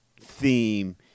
theme